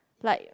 like